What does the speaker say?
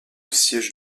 siège